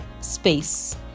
Space